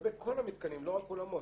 לגבי כל המתקנים לא רק אולמות,